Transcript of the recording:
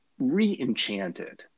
re-enchanted